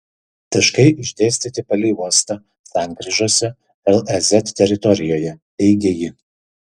taškai išdėstyti palei uostą sankryžose lez teritorijoje teigė ji